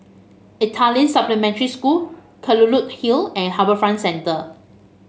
Italian Supplementary School Kelulut Hill and HarbourFront Centre